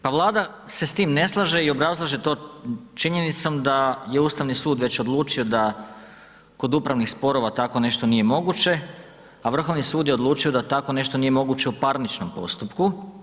Pa Vlada se s tim ne slaže i obrazlaže to činjenicom da je Ustavni sud već odlučio da kod upravnih sporova tako nešto nije moguće, a Vrhovni sud je odlučio da tako nešto nije moguće u parničnom postupku.